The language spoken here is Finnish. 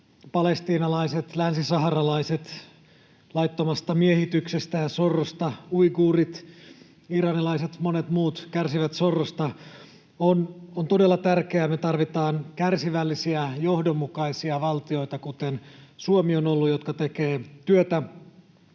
palestiinalaiset ja länsisaharalaiset kärsivät laittomasta miehityksestä ja sorrosta; uiguurit, iranilaiset ja monet muut kärsivät sorrosta, tämä on todella tärkeää: me tarvitaan kärsivällisiä, johdonmukaisia valtioita, kuten Suomi on ollut, jotka tekevät työtä